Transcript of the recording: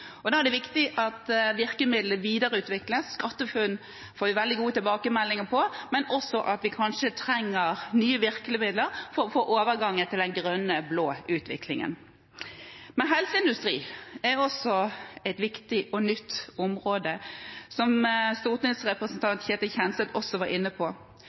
Da er det viktig at virkemiddelet videreutvikles – SkatteFUNN får vi veldig gode tilbakemeldinger på – men vi trenger kanskje også nye virkemidler for å få overgangen til den grønne blå utviklingen. Men helseindustri er også et viktig og nytt område, som stortingsrepresentant Ketil Kjenseth også var inne på.